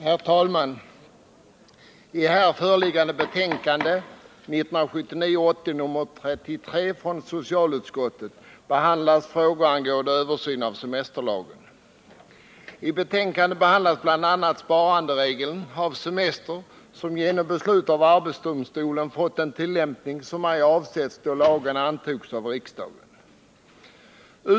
Herr talman! I här föreliggande betänkande, 1979/80:33 från socialutskottet, behandlas frågor om översyn av semesterlagen. I betänkandet behandlas bl.a. regeln om rätt att spara semester, som genom beslut av arbetsdomstolen fått en tillämpning som ej avsetts då lagen antogs av riksdagen.